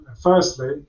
Firstly